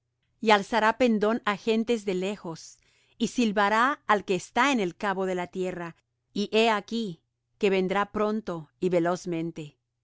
y alzará pendón á gentes de lejos y silbará al que está en el cabo de la tierra y he aquí que vendrá pronto y velozmente